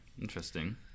interesting